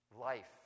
life